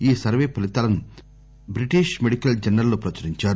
ఈ సర్వే ఫలితాలను బ్రిటిష్ మెడికల్ జర్నల్లో ప్రచురించారు